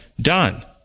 done